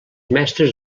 mestres